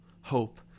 hope